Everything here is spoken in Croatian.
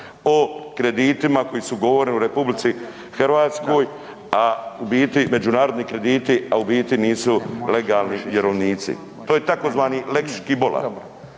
o kreditima koji su ugovoreni u RH, a u biti, međunarodni krediti, a u biti nisu legalni vjerovnici, to je tzv. lex Škibola.